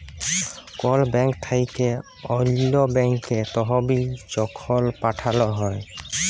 call bank থ্যাইকে অল্য ব্যাংকে তহবিল যখল পাঠাল হ্যয়